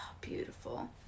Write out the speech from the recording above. beautiful